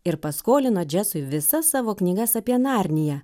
ir paskolino džesui visas savo knygas apie narniją